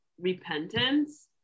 repentance